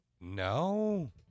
no